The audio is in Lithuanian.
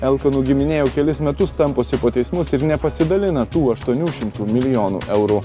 elkanų giminė jau kelis metus tamposi po teismus ir nepasidalina tų aštuonių šimtų milijonų eurų